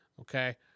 Okay